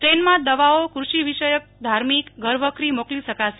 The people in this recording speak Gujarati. ટેનમાં દવાઓ કૃષિ વિષયક ધાર્મિક ઘરવખરી મોકલી શકાશે